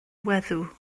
weddw